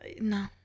no